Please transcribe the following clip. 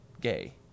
gay